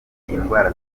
indwara